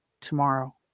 tomorrow